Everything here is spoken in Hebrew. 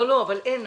לא, אין.